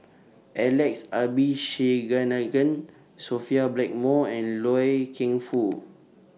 Alex Sophia Blackmore and Loy Keng Foo